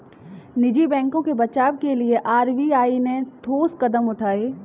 निजी बैंकों के बचाव के लिए आर.बी.आई ने ठोस कदम उठाए